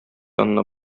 янына